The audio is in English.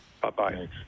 Bye-bye